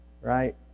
right